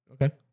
Okay